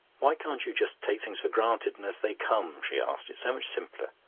why can't you just take things for granted and as they come? she asked. it's so much simpler.